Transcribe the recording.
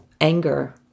anger